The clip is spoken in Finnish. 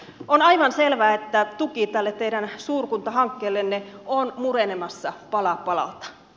on aivan selvä että tuki tälle teidän suurkuntahankkeellenne on murenemassa pala palalta